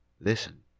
Listen